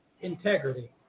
integrity